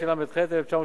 התשל"ה 1975,